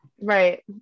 Right